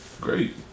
great